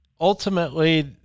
ultimately